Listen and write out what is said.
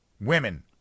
women